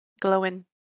glowing